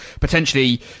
potentially